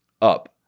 Up